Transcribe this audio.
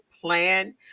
plan